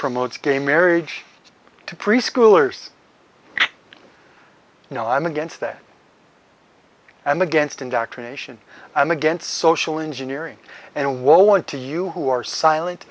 promotes gay marriage to preschoolers you know i'm against that and against indoctrination i'm against social engineering and won't want to you who are silent